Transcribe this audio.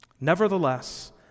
Nevertheless